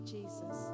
Jesus